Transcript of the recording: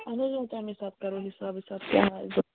اَہَن حظ تٔمی ساتہٕ کَرَو حِساب وِساب کیٛاہ اسہِ